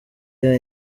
year